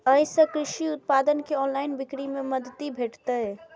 अय सं कृषि उत्पाद के ऑनलाइन बिक्री मे मदति भेटतै